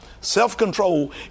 Self-control